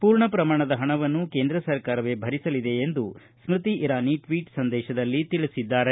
ಪೂರ್ಣ ಪ್ರಮಾಣದ ಹಣವನ್ನು ಕೇಂದ್ರ ಸರ್ಕಾರವೇ ಭರಿಸಲಿದೆ ಎಂದು ಸ್ಮತಿ ಇರಾನಿ ಟ್ವೀಟ್ ಸಂದೇಶದಲ್ಲಿ ತಿಳಿಸಿದ್ದಾರೆ